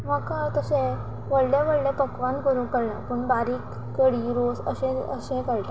म्हाका तशें व्हडले व्हडले पकवान करूंक कळना पूण बारीक कडी रोस अशें अशें कळटा